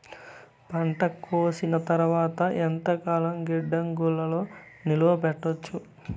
పంట కోసేసిన తర్వాత ఎంతకాలం గిడ్డంగులలో నిలువ పెట్టొచ్చు?